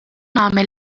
għamel